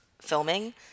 filming